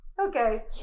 okay